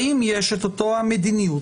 האם יש את אותה המדיניות,